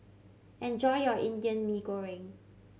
enjoy your Indian Mee Goreng